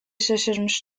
şaşırmış